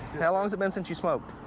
how long has it been since you smoked?